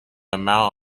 amount